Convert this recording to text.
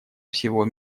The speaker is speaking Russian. всего